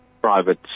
private